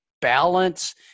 balance